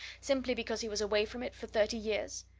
simply because he was away from it for thirty years?